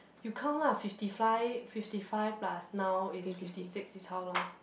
you count lah fifty five fifty five plus now is fifty six is how long